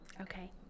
Okay